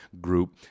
group